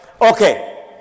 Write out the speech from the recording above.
Okay